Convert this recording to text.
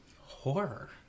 Horror